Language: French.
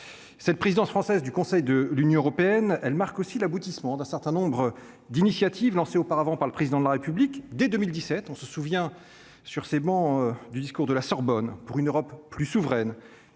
cette présidence française du Conseil de l'Union européenne, elle marque aussi l'aboutissement d'un certain nombre d'initiatives lancées auparavant par le président de la République, dès 2017 on se souvient, sur ces bancs du discours de la Sorbonne pour une Europe plus souveraine